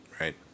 Right